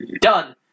Done